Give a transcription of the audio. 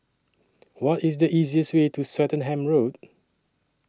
What IS The easiest Way to Swettenham Road